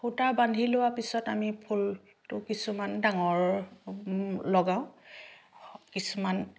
সূতা বান্ধি লোৱা পিছত আমি ফুলটো কিছুমান ডাঙৰ লগাওঁ কিছুমান